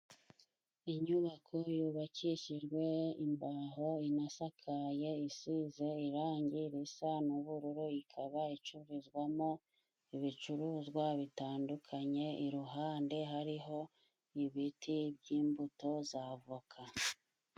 Inyubako yubakishijwe imbaho, inasakaye isize irangi risa n'ubururu, ikaba icururizwamo ibicuruzwa bitandukanye, iruhande hariho ibiti by'imbuto za avoka.